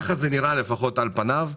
ככה זה נראה, לפחות, על פניו.